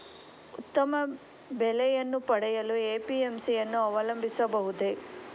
ಉತ್ತಮ ಬೆಲೆಯನ್ನು ಪಡೆಯಲು ಎ.ಪಿ.ಎಂ.ಸಿ ಯನ್ನು ಅವಲಂಬಿಸಬಹುದೇ?